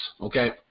Okay